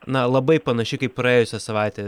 na labai panaši kaip praėjusią savaitę